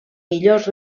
millors